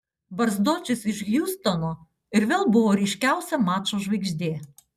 barzdočius iš hjustono ir vėl buvo ryškiausia mačo žvaigždė